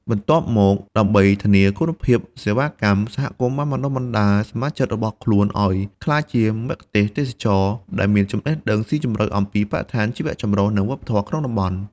បន្ទាប់មក ដើម្បីធានាគុណភាពសេវាកម្ម សហគមន៍បានបណ្ដុះបណ្ដាលសមាជិករបស់ខ្លួនឱ្យក្លាយជាមគ្គុទ្ទេសក៍ទេសចរណ៍ដែលមានចំណេះដឹងស៊ីជម្រៅអំពីបរិស្ថាន ជីវៈចម្រុះ និងវប្បធម៌ក្នុងតំបន់។